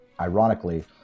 ironically